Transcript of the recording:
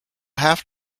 have